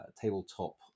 Tabletop